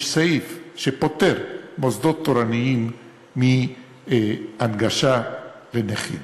יש סעיף שפוטר מוסדות תורניים מהנגשה לנכים.